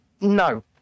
No